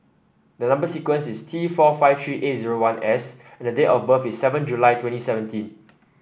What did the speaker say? the number sequence is T four five three eight zero one S and date of birth is seven July twenty seventeen